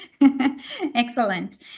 excellent